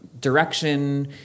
direction